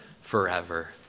forever